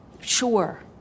sure